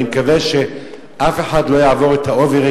אני מקווה שאף אחד לא יעבור את האוברים